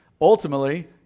ultimately